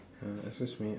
ya excuse me